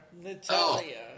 Natalia